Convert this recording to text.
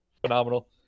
Phenomenal